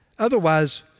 Otherwise